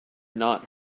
not